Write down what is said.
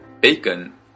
bacon